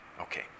okay